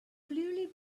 clearly